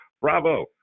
bravo